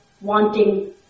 wanting